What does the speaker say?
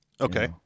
Okay